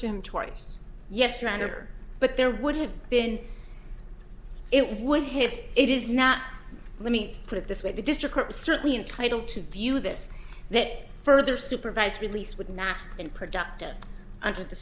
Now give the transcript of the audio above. to him twice yes matter but there would have been it would hit it is not let me put it this way the district is certainly entitled to view this that further supervised release would not been productive under the